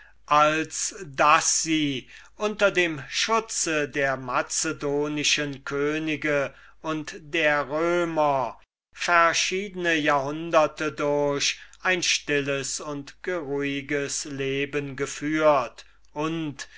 als daß sie unter dem schutze der macedonischen könige und der römer verschiedene jahrhunderte durch ein stilles und geruhiges leben geführt und